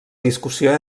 discussió